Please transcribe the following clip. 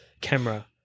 camera